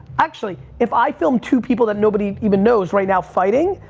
actually, if i filmed two people that nobody even knows right now fighting,